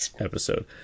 episode